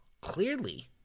Clearly